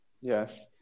Yes